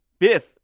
fifth